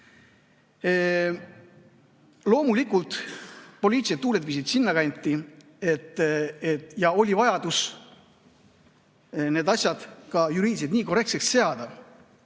Loomulikult poliitilised tuuled viisid sinna kanti ja oli vajadus need asjad ka juriidiliselt korrektseks seada,